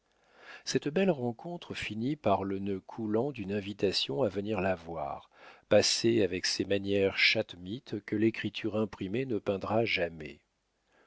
cette belle rencontre finit par le nœud coulant d'une invitation à venir la voir passé avec ces manières chattemites que l'écriture imprimée ne peindra jamais